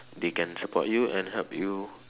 they can support you and help you